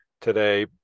today